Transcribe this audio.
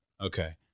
Okay